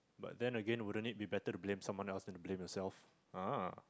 but then again wouldn't it be better to blame someone else then to blame yourself ah